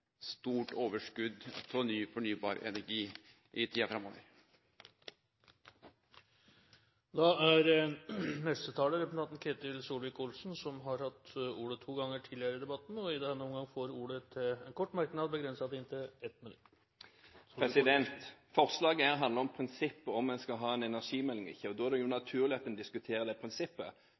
stort overskot av ny fornybar energi i tida framover. Representanten Ketil Solvik-Olsen har hatt ordet to ganger tidligere og får ordet til en kort merknad, begrenset til 1 minutt. Forslaget her handler om prinsippet om en skal ha en energimelding eller ikke, og da er det naturlig at en diskuterer det prinsippet.